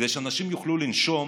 כדי שאנשים יוכלו לנשום,